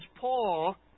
Paul